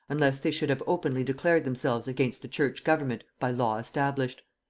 unless they should have openly declared themselves against the church-government by law established.